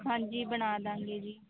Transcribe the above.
ਹਾਂਜੀ ਬਣਾ ਦਾਂਗੇ ਜੀ